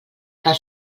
cal